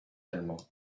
allemand